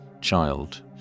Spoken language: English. child